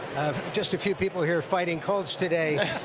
just a few people here fighting colds today.